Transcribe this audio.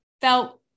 felt